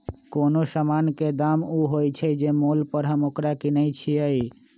कोनो समान के दाम ऊ होइ छइ जे मोल पर हम ओकरा किनइ छियइ